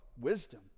Wisdom